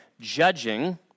judging